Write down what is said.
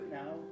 now